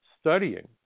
studying